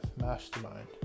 mastermind